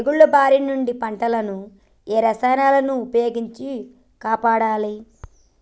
తెగుళ్ల బారి నుంచి పంటలను ఏ రసాయనాలను ఉపయోగించి కాపాడాలి?